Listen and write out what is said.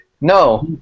No